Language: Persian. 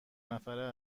نفره